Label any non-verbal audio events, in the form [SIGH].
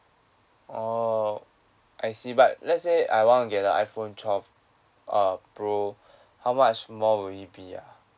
orh I see but let's say I want to get the iPhone twelve uh pro [BREATH] how much more will it be ya